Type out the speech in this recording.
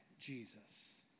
Jesus